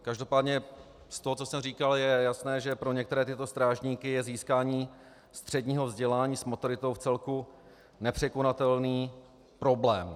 Každopádně z toho, co jsem říkal, je jasné, že pro některé tyto strážníky je získání středního vzdělání s maturitou vcelku nepřekonatelný problém.